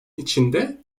içinde